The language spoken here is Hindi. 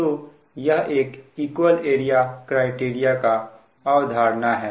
तो यह इक्वल एरिया क्राइटेरिया का अवधारणा है